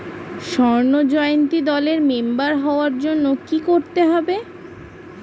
স্বর্ণ জয়ন্তী দলের মেম্বার হওয়ার জন্য কি করতে হবে?